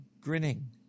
grinning